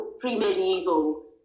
Pre-medieval